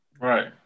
right